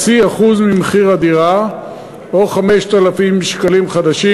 ל-0.5% ממחיר הדירה או ל-5,000 שקלים חדשים,